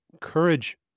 courage